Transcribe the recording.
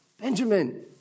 Benjamin